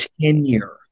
tenure